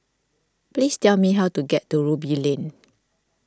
please tell me how to get to Ruby Lane